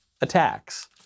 attacks